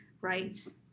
rights